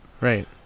Right